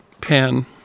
pen